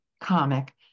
comic